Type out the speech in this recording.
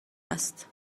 است